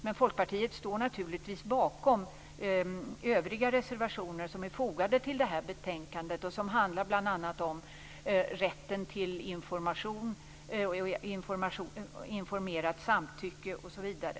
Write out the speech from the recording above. Men Folkpartiet står naturligtvis bakom övriga reservationer som är fogade till betänkandet och bl.a. handlar om rätten till information, informerat samtycke, osv.